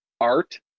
art